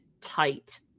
tight